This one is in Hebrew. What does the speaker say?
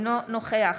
אינו נוכח